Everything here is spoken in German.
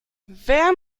wer